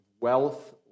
wealth